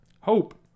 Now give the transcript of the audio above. hope